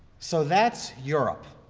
so that's europe,